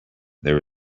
there